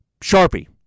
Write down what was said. Sharpie